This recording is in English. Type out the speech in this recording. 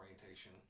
orientation